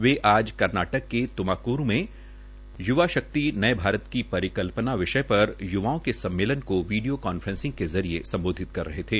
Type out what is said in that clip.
वे आज कर्नाटक के तुमाकरू में युवा शक्ति नये भारत की परिकल्पना विषय पर युवाओं के सम्मेलन को वीडियो कांफ्रेंसिंग के जॉरेए संबॉधित कर रहे थे